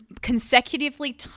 consecutively